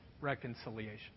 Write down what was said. reconciliation